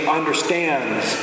understands